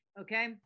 Okay